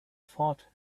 thought